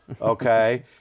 okay